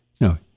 No